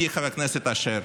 לידידי חבר הכנסת אשר,